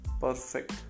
perfect